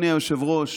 אדוני היושב-ראש,